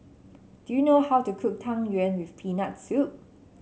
do you know how to cook Tang Yuen with Peanut Soup